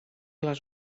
les